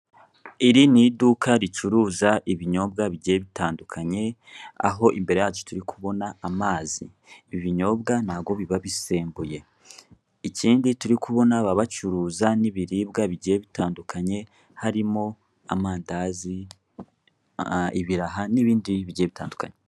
Iri ni iduka ricuruza ibinyobwa bigiye bitandukanye aho imbere yacu turi kuhabona amazi, ibi ni ibinyobwa bitaba bisembuye, ikindi turi kubona baba bacuruza n'ibiribwa bigiye bitandukanye aho turi kubona amandazi, ibiraha n'ibindi bigiye bitandukanye.